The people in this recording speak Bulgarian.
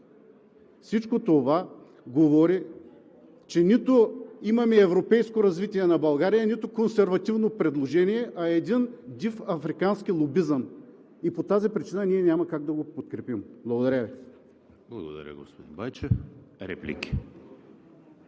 Всичко това говори, че нито имаме европейско развитие на България, нито консервативно предложение, а един див африкански лобизъм. По тази причина ние няма как да го подкрепим. Благодаря Ви. ПРЕДСЕДАТЕЛ ЕМИЛ ХРИСТОВ: Благодаря, господин Байчев. Реплики?